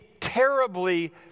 terribly